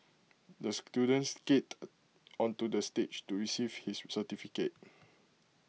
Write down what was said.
the student skated onto the stage to receive his certificate